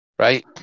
Right